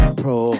pro